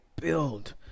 build